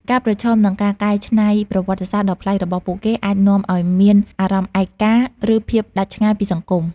ការប្រឈមនឹងការកែច្នៃប្រវត្តិសាស្រ្តដ៏ប្លែករបស់ពួកគេ អាចនាំឲ្យមានអារម្មណ៍ឯកា ឬភាពដាច់ឆ្ងាយពីសង្គម។